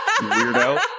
weirdo